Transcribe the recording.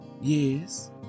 Yes